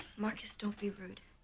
marcus don't be rude.